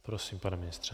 Prosím, pane ministře.